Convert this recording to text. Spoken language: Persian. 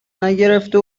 نگرفته